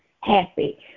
happy